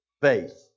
faith